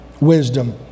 wisdom